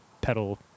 pedal